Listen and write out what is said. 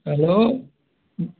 hello